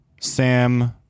Sam